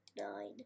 nine